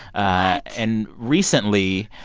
and recently,